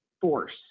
force